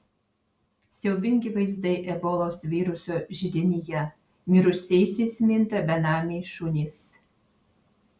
siaubingi vaizdai ebolos viruso židinyje mirusiaisiais minta benamiai šunys